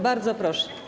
Bardzo proszę.